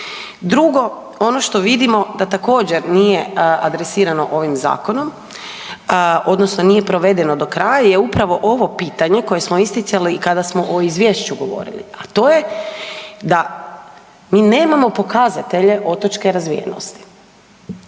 Drugo, ono što vidimo da također nije adresirano ovim zakonom odnosno nije provedeno do kraja je upravo ovo pitanje koje smo isticali kada smo o izvješću govorili. A to je da mi nemamo pokazatelje otočke razvijenosti,